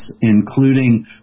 including